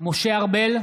משה ארבל,